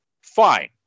Fine